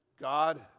God